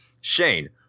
Shane